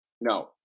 No